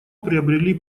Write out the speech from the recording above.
пробрели